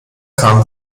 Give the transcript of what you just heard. kam